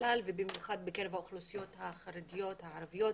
בכלל ובמיוחד בקרב האוכלוסיות החרדיות, הערביות,